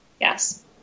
Yes